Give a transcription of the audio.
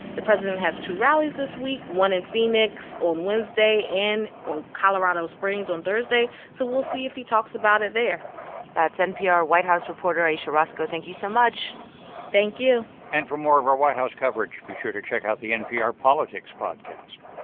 the president has two rallies this week, one in phoenix on wednesday and in colorado springs on thursday. so we'll see if he talks about it there that's npr white house reporter ayesha rascoe. thank you so much thank you and for more of our white house coverage, be sure to check out the npr politics podcast